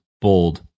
bold